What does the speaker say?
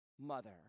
mother